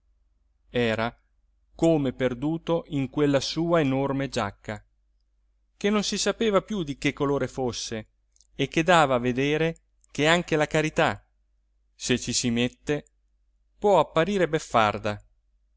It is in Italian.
era come perduto in quella sua enorme giacca che non si sapeva più di che colore fosse e che dava a vedere che anche la carità se ci si mette può apparire beffarda